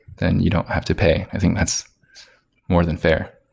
then you don't have to pay. i think that's more than fair.